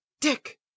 dick